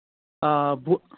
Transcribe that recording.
آ بہٕ